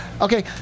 Okay